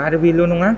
आरो बेल' नङा